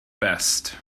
best